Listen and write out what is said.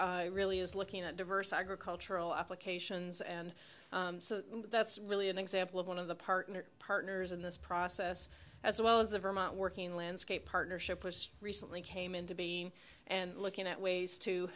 initiative really is looking at diversity cultural applications and so that's really an example of one of the partner partners in this process as well as the vermont working landscape partnership which recently came into being and looking at ways to